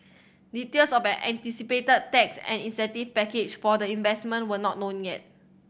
details of an anticipated tax and incentive package for the investment were not known yet